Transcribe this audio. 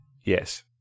Yes